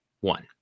one